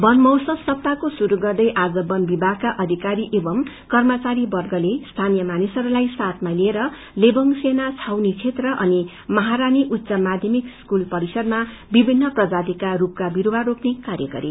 बन महोत्सव सप्ताहरूको श्रुरू गर्दै आज बन विभागका अधिकारी एंव कर्मचारी वर्गले स्थानिय मानिसहस्लाई सायमा लिएर लेर्वोग सेना छाबनी क्षेत्र अनि महारानी उच्च माध्यमिक स्कूल परिषरमा विभिन्न प्रजातिका सखका विस्वा रोने कार्य गरे